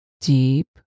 deep